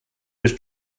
was